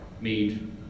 made